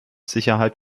sicherheit